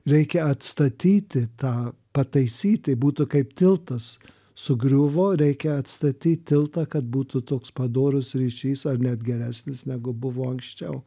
reikia atstatyti tą pataisyt tai būtų kaip tiltas sugriuvo reikia atstatyt tiltą kad būtų toks padorus ryšys ar net geresnis negu buvo anksčiau